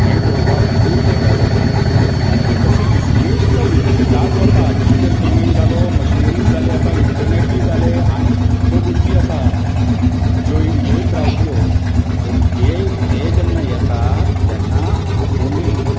हें पळोवप खूब म्हत्वाचें आसा विकसीत देश तर विकसीत जायत वता डिजीटल पेमॅंट जालो मशिनरीज जाले आतां इन्टर्नेटूय जालें आनी खूब गोश्टी आसा ज्यो येत रावतल्यो पूण ते ते जेन्ना येतात तेन्ना आपुणूय